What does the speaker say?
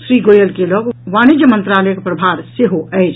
श्री गोयल के लऽग वाणिज्य मंत्रालयक प्रभार सेहो अछि